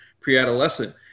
pre-adolescent